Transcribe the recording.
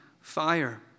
fire